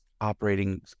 operating